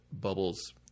bubbles